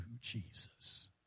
Jesus